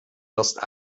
wirst